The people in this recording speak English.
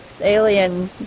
alien